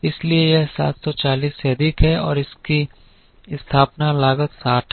इसलिए यह 740 से अधिक है और इसकी स्थापना लागत 60 है